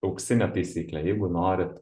auksinė taisyklė jeigu norit